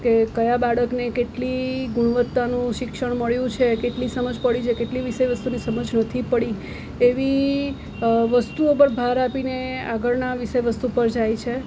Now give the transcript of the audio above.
કે કયા બાળકને કેટલી ગુણવત્તાનું શિક્ષણ મળ્યું છે કેટલી સમજ પડી છે કેટલી વિષય વસ્તુની સમજ શેની નથી પડી એવી વસ્તુઓ પર ભાર આપીને આગળના વિષય વસ્તુ પર જાય છે